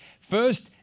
First